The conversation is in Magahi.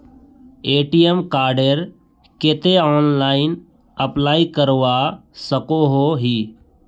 ए.टी.एम कार्डेर केते ऑनलाइन अप्लाई करवा सकोहो ही?